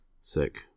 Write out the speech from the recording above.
Sick